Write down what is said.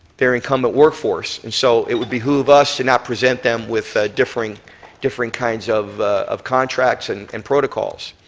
their incumbent workforce. and so it would behoove us to not present them with ah different different kinds of of contracts and and protocols.